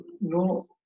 no